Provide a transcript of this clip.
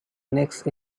next